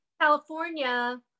California